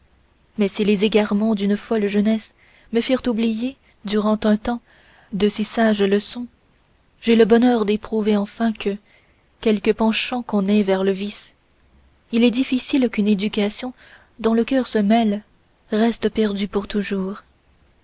mais si les égarements d'une folle jeunesse me firent oublier durant un temps de si sages leçons j'ai le bonheur d'éprouver enfin que quelque penchant qu'on ait vers le vice il est difficile qu'une éducation dont le cœur se mêle reste perdue pour toujours